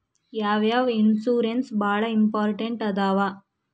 ಯಾವ್ಯಾವ ಇನ್ಶೂರೆನ್ಸ್ ಬಾಳ ಇಂಪಾರ್ಟೆಂಟ್ ಅದಾವ?